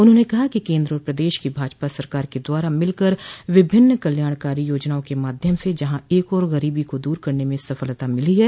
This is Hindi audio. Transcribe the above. उन्होंने कहा कि केन्द्र और प्रदेश की भाजपा सरकार के द्वारा मिलकर विभिन्न कल्याणकारी योजनाओं के माध्यम से जहां एक ओर गरीबी को दूर करने में सफलता मिली है